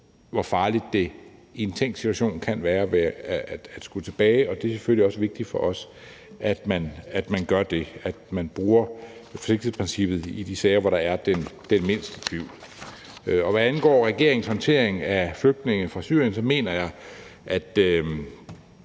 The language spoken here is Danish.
hvor farligt det i en tænkt situation kan være at skulle tilbage. Det er selvfølgelig også vigtigt for os, at man gør det, at man altså bruger forsigtighedsprincippet i de sager, hvor der er den mindste tvivl. Hvad angår regeringens håndtering af flygtninge fra Syrien og den debat,